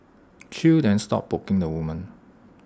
chew then stopped poking the woman